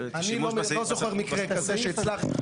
אני לא זוכר מקרה כזה שהצלחנו.